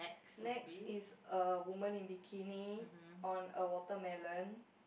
next is a woman in a bikini on a watermelon